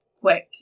quick